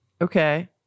Okay